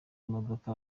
imodoka